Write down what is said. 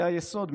היה יסוד,